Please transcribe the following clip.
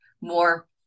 more